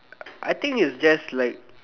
I think it's just like